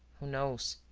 who knows?